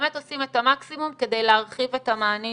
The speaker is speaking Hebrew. באמת עושים את המקסימום כדי להרחיב את המענים